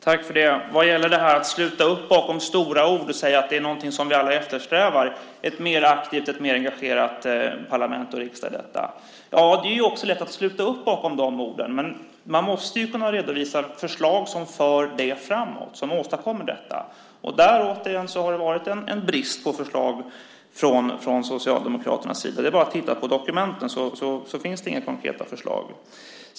Herr talman! Vad gäller detta med att sluta upp bakom stora ord och att tala om något som vi alla eftersträvar - ett mer aktivt och mer engagerat parlament och en mer aktiv och mer engagerad riksdag - är det lätt att sluta upp bakom de orden. Men man måste kunna redovisa förslag som för det framåt, som åstadkommer detta. Där, återigen, har det varit en brist på förslag från Socialdemokraternas sida. Det är bara att titta på dokumenten. Det finns inga konkreta förslag.